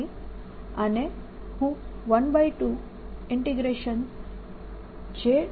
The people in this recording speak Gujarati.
તેથી આને હું 12J